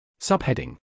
Subheading